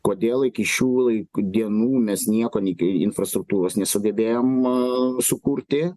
kodėl iki šių lai dienų mes nieko nei infrastruktūros nesugebėjom sukurti